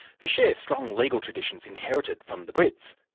who share strong legal traditions inherited from the brits.